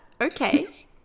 okay